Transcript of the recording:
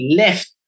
left